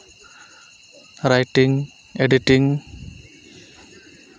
writing editing